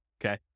okay